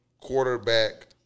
quarterback